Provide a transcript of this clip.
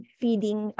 feeding